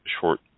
short